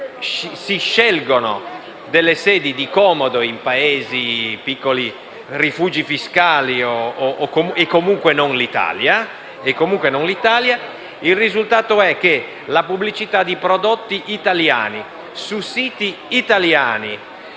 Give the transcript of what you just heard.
si scelgono delle sedi di comodo in Paesi che sono piccoli rifugi fiscali e comunque non in Italia; il risultato è che la pubblicità di prodotti italiani, fatta su siti italiani,